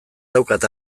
daukat